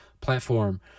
platform